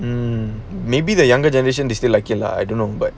um maybe the younger generation they still like ya lah I don't know but